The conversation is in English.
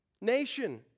nation